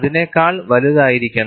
അതിനെക്കാൾ വലുതായിരിക്കണം